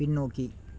பின்னோக்கி